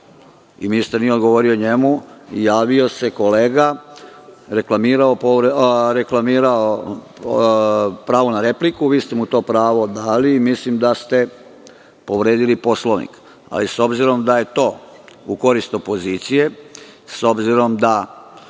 i ministar nije odgovorio njemu, javio se kolega, reklamirao pravo na repliku, vi ste mu to pravo dali i mislim da ste povredili Poslovnik. Ali, s obzirom da je to u korist opozicije, s obzirom da